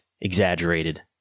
exaggerated